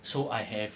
so I have